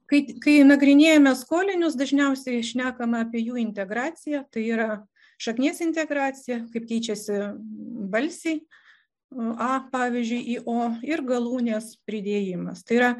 kaip kai nagrinėjame skolinius dažniausiai šnekama apie jų integraciją tai yra šaknies integraciją kaip keičiasi balsiai a pavyzdžiui į o ir galūnės pridėjimas tai yra